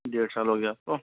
जी एक साल हो गया आपको